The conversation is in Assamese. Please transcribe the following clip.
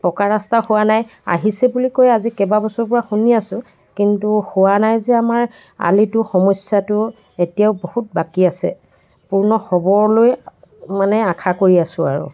পকা ৰাস্তা হোৱা নাই আহিছে বুলি কৈ আজি কেইবাবছৰৰ পৰা শুনি আছোঁ কিন্তু হোৱা নাই যে আমাৰ আলিটো সমস্যাটো এতিয়াও বহুত বাকী আছে পূৰ্ন হ'বলৈ মানে আশা কৰি আছোঁ আৰু